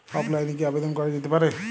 অফলাইনে কি আবেদন করা যেতে পারে?